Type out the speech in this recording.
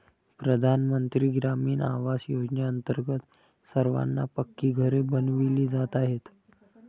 प्रधानमंत्री ग्रामीण आवास योजनेअंतर्गत सर्वांना पक्की घरे बनविली जात आहेत